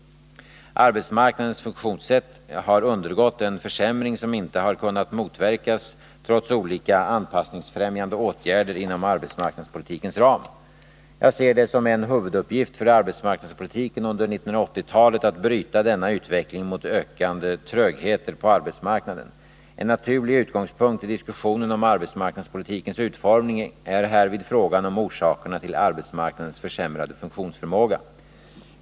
Arbetsmarknadens funktionssätt har undergått en försämring som inte har kunnat motverkas trots olika anpassningsfrämjande åtgärder inom arbetsmarknadspolitikens ram. Jag ser det som en huvuduppgift för arbetsmarknadspolitiken under 1980-talet att bryta denna utveckling mot ökande trögheter på arbetsmarknaden. En naturlig utgångspunkt i diskussionen om arbetsmarknadspolitikens utformning är härvid frågan om orsakerna till arbetsmarknadens försämrade funktionsförmåga.